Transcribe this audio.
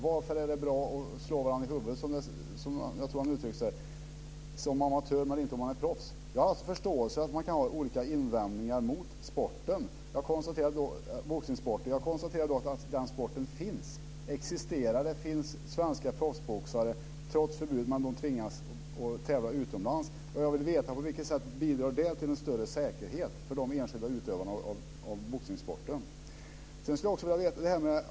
Varför är det bra att slå varandra i huvudet, som jag tror att Lennart Kollmats uttryckte sig, som amatör men inte om man är proffs? Jag har förståelse för att man kan ha olika invändningar mot boxningssporten. Jag konstaterar dock att den sporten finns, den existerar. Det finns trots förbud svenska proffsboxare, men de tvingas att tävla utomlands. På vilket sätt bidrar det till en större säkerhet för de enskilda utövarna av boxningssporten? Sedan skulle jag också vilja något annat.